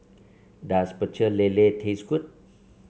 does Pecel Lele taste good